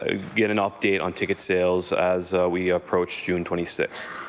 ah get an update on ticket sales as we approach june twenty sixth?